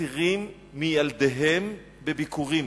אסירים מילדיהם בביקורים.